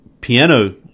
piano